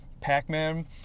Pac-Man